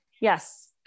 yes